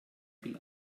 viel